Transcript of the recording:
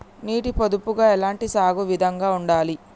నీటి పొదుపుగా ఎలాంటి సాగు విధంగా ఉండాలి?